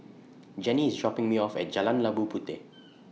Jenni IS dropping Me off At Jalan Labu Puteh